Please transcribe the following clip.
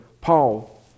Paul